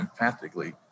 empathically